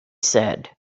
said